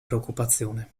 preoccupazione